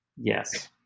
Yes